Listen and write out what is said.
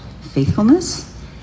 faithfulness